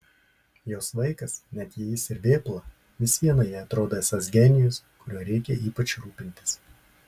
jos vaikas net jei jis ir vėpla vis viena jai atrodo esąs genijus kuriuo reikia ypač rūpintis